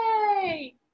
Yay